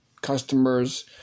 customers